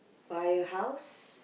by your house